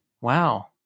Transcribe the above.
Wow